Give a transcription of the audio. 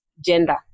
gender